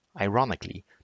Ironically